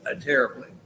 terribly